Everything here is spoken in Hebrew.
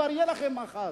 כבר יהיה לכם מאחז.